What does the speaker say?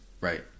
Right